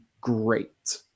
great